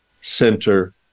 center